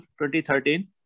2013